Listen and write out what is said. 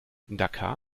dhaka